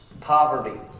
Poverty